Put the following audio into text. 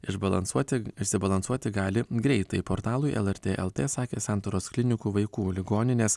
išbalansuoti išsibalansuoti gali greitai portalui lrt lt sakė santaros klinikų vaikų ligoninės